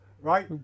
Right